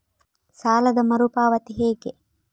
ಸಾಲದ ಮರು ಪಾವತಿ ಹೇಗೆ?